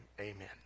amen